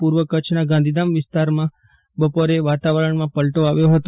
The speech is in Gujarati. પૂર્વ કચ્છના ગાંધીધામ વિસ્તારમાં બપોરે વાતાવરણમાં પલટો આવ્યો હતો